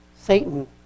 Satan